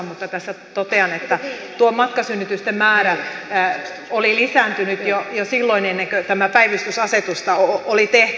mutta tässä totean että tuo matkasynnytysten määrä oli lisääntynyt jo silloin ennen kuin tätä päivystysasetusta oli tehty